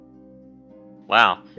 Wow